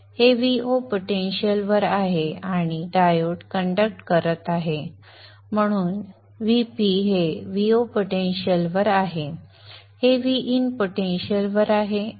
हे Vo पोटेंशिअलवर आहे आणि डायोड कंडक्ट करत आहे आणि म्हणून Vp हे Vo पोटेंशिअलवर आहे हे Vin पोटेंशिअलवर आहे